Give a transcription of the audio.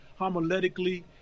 homiletically